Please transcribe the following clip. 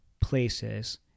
places